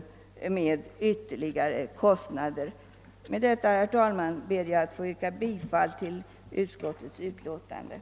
Med detta, herr talman, ber jag att få yrka bifall till utskottets hemställan.